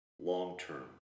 long-term